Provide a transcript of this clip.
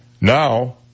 Now